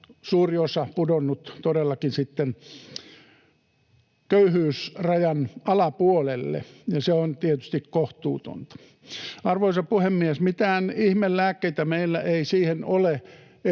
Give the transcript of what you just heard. suuri osa pudonnut todellakin sitten köyhyysrajan alapuolelle, ja se on tietysti kohtuutonta. Arvoisa puhemies! Mitään ihmelääkkeitä meillä ei siihen ole,